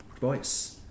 voice